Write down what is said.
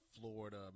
florida